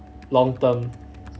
long term